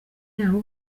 yabo